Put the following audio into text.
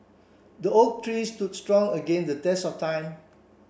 the oak tree stood strong against the test of time